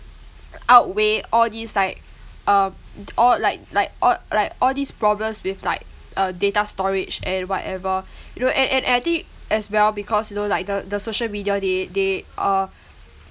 outweigh all these like um all like like all like all these problems with like uh data storage and whatever you know and and and I think as well because you know like the the social media they they uh